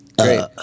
Great